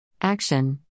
Action